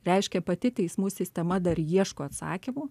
reiškia pati teismų sistema dar ieško atsakymų